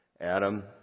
Adam